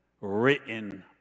written